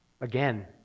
Again